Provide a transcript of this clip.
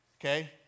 okay